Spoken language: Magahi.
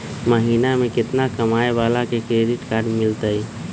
महीना में केतना कमाय वाला के क्रेडिट कार्ड मिलतै?